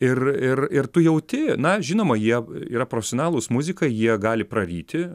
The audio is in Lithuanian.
ir ir ir tu jauti na žinoma jie yra profesionalūs muzikai jie gali praryti